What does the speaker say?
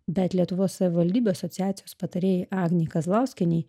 bet lietuvos savivaldybių asociacijos patarėjai agnei kazlauskienei